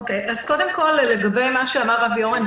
קודם כול לגבי מה שאמר אבי אורן,